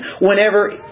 whenever